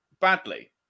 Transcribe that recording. badly